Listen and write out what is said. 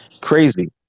crazy